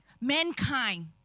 mankind